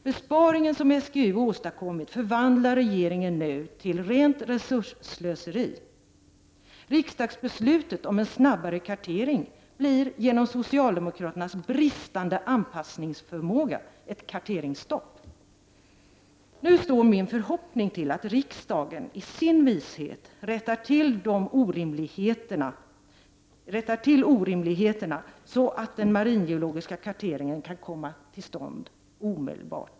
Besparingen som SGU åstadkommit förvandlar regeringen nu till rent resursslöseri. Riksdagsbeslutet om en snabbare kartering blir genom socialdemokraternas bristande anpassningsförmåga ett karteringsstopp. Nu står min förhoppning till att riksdagen i sin vishet rättar till orimligheterna så att den maringeologiska karteringen kan komma i gång omedelbart.